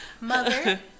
Mother